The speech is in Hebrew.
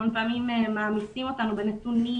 הרבה פעמים מעמיסים אותנו בנתונים,